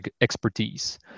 expertise